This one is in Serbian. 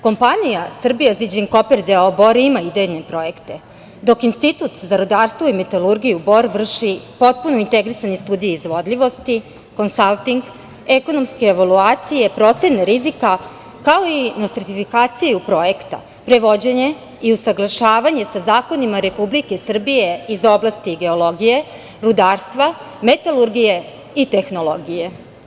Kompanija Serbia Zijin Copper doo Bor ima idejne projekte, dok Institut za rudarstvo i metalurgiju vrši potpuno integrisanje studije izvodljivosti, konsalting, ekonomske evaluacije, procene rizika, kao i nostrifikaciju projekta, prevođenje i usaglašavanje sa zakonima Republike Srbije iz oblasti geologije, rudarstva, metalurgije i tehnologije.